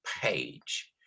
page